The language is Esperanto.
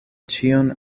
ĉion